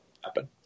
happen